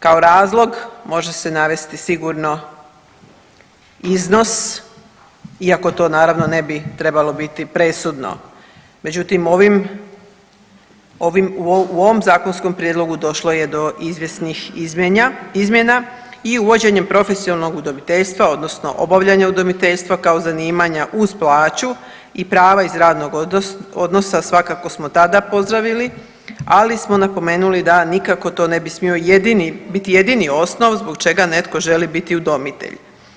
Kao razlog može se navesti sigurno iznos iako to naravno ne bi trebalo biti presudno, međutim u ovom zakonskom prijedlogu došlo je do izvjesnih izmjena i uvođenjem profesionalnog udomiteljstva odnosno obavljanja udomisteljstva kao zanimanja uz plaću i prava iz radnog odnosa svakako smo tada pozdravili, ali smo napomenuli da nikako to ne bi smio biti jedini osnov zbog čega netko želi biti udomitelj.